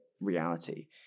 reality